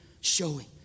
Showing